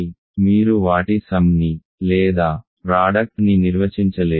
కాబట్టి మీరు వాటి సమ్ ని లేదా ప్రాడక్ట్ ని నిర్వచించలేరు